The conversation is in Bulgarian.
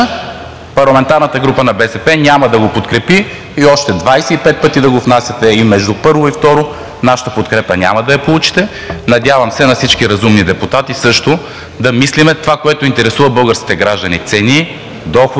парламентарната група на БСП няма да го подкрепи и още 25 пъти да го внасяте. Между първо и второ четене нашата подкрепа няма да я получите, надявам се на всички разумни депутати – също. Да мислим това, което интересува българските граждани – цени, доходи